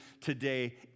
today